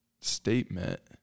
statement